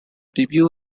debut